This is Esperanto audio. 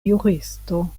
juristo